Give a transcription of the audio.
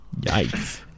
Yikes